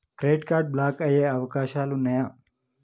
Credit card block అయ్యే అవకాశాలు ఉన్నయా?